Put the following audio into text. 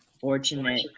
fortunate